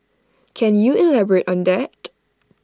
can you elaborate on that